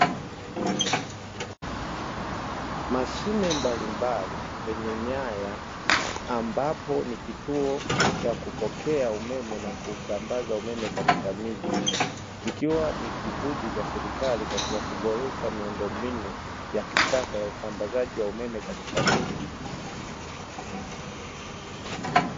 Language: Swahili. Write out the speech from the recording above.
Mashine mbalimbali zenye nyaya ambapo ni kituo cha kupokea umeme na kuusambaza umeme katika miji, zikiwa ni juhudi za serikali katika kuboresha miundo ya kisasa ya usambazaji wa umeme katika miji.